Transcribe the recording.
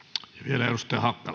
arvoisa